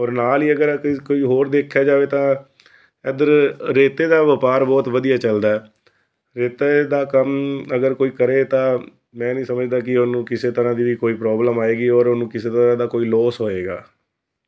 ਔਰ ਨਾਲ ਹੀ ਅਗਰ ਕੋਈ ਹੋਰ ਦੇਖਿਆ ਜਾਵੇ ਤਾਂ ਇੱਧਰ ਰੇਤੇ ਦਾ ਵਪਾਰ ਬਹੁਤ ਵਧੀਆ ਚੱਲਦਾ ਰੇਤੇ ਦਾ ਕੰਮ ਅਗਰ ਕੋਈ ਕਰੇ ਤਾਂ ਮੈਂ ਨਹੀਂ ਸਮਝਦਾ ਕਿ ਉਹਨੂੰ ਕਿਸੇ ਤਰ੍ਹਾਂ ਦੀ ਵੀ ਕੋਈ ਪ੍ਰੋਬਲਮ ਆਏਗੀ ਔਰ ਉਹਨੂੰ ਕਿਸੇ ਤਰ੍ਹਾਂ ਦਾ ਕੋਈ ਲੋਸ ਹੋਏਗਾ